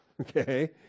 okay